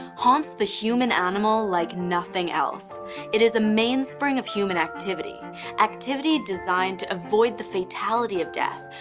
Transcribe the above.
haunts the human animal like nothing else it is a mainspring of human activity activity designed to avoid the fatality of death,